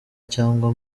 cyangwa